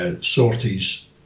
sorties